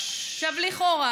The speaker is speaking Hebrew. לכאורה